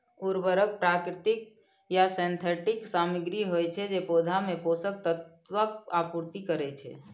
उर्वरक प्राकृतिक या सिंथेटिक सामग्री होइ छै, जे पौधा मे पोषक तत्वक आपूर्ति करै छै